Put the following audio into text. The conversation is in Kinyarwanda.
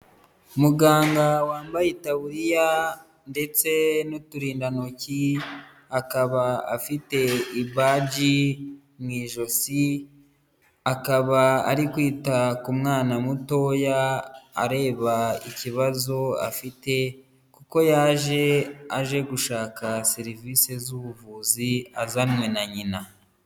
Muganga wambaye itaburiya ndetse n'uturindantoki akaba afite i baji mu ijosi akaba ari kwita ku mwana mutoya areba ikibazo afite, kuko yaje aje gushaka serivise z'ubuvuzi azanywe na nyina.